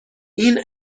این